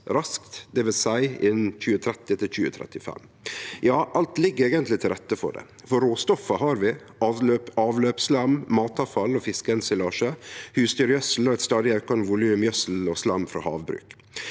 raskt, dvs. innan 2030–2035. Ja, alt ligg eigentleg til rette for det. Råstoffa har vi: avløpsslam, matavfall og fiskeensilasje, husdyrgjødsel og eit stadig aukande volum gjødsel og slam frå havbruk.